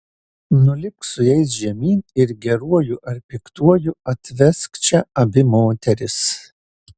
nulipk su jais žemyn ir geruoju ar piktuoju atvesk čia abi moteris